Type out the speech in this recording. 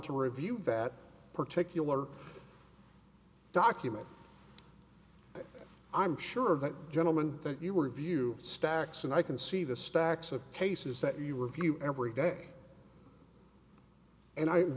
to review that particular document i'm sure that gentleman that you were view stacks and i can see the stacks of cases that you review every day and i'm